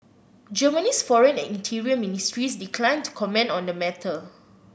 Germany's foreign and interior ministries declined to comment on the matter